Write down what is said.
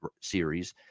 series